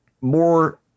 more